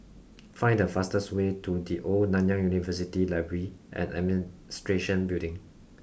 find the fastest way to the Old Nanyang University Library and Administration Building